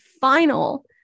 final